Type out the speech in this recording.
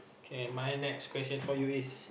can my next question for you is